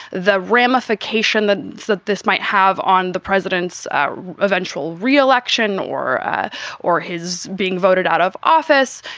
the ramification that that this might have on the president's eventual re-election or or his being voted out of office,